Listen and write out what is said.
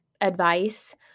advice